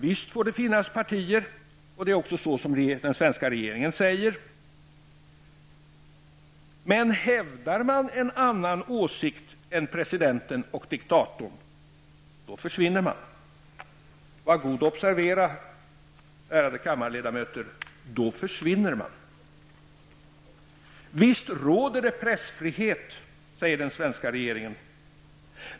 Visst får det finnas partier, berättar Magnus Brohult; det säger också den svenska regeringen. Men hävdar man en annan åsikt än presidenten och diktatorn så försvinner man. Var god observera, ärade kammarledamöter: då försvinner man. Visst råder det pressfrihet, säger den svenska regeringen.